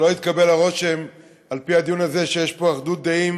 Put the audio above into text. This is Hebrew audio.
שלא יתקבל הרושם על-פי הדיון הזה שיש פה אחדות דעים